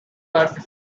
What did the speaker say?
cut